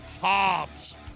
Hobbs